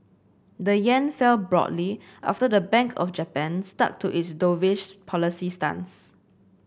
the yen fell broadly after the Bank of Japan stuck to its dovish policy stance